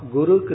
Guru